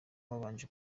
babanje